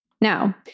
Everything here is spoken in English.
Now